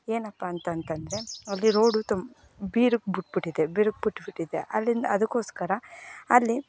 ಏನಪ್ಪಾ ಅಂತಂತಂದರೆ ಅಲ್ಲಿ ರೋಡು ತುಮ್ ಬಿರುಕು ಬಿಟ್ ಬಿಟ್ಟಿದೆ ಬಿರುಕು ಬಿಟ್ ಬಿಟ್ಟಿದೆ ಅಲ್ಲಿಂದ ಅದಕೋಸ್ಕರ ಅಲ್ಲಿ